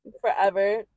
forever